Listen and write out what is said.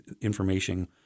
information